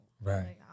Right